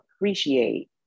appreciate